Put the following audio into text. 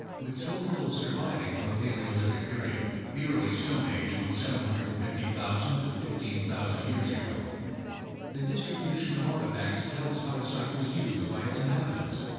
with so little surviving from the paleolithic period the early stone age from seven hundred and fifty thousand to fifteen thousand years ago the distribution of artifacts tells how a site was used by its inhabitants.